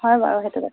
হয় বাৰু সেইটো